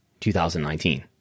2019